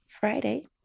Friday